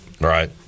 right